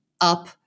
up